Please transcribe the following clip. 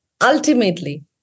ultimately